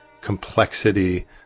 complexity